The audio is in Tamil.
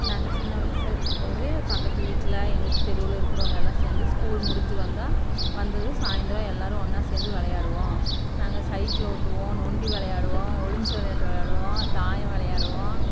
நாங்கள் சின்ன வயதா இருக்கும் போது பக்கத்து வீட்டில் எங்கள் தெருவில் இருக்கிறவங்க எல்லாம் சேர்ந்து ஸ்கூல் முடிஞ்சு வந்தால் வந்ததும் சாயந்தரம் எல்லோரும் ஒன்னாக சேர்ந்து விளையாடுவோம் நாங்கள் சைக்கிள் ஓட்டுவோம் நொண்டி விளையாடுவோம் ஒளிஞ்சு விளையாட்டு விளையாடுவோம் தாயம் விளையாடுவோம்